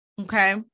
Okay